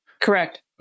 Correct